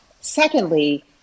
Secondly